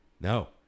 No